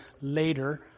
later